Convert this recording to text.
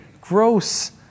gross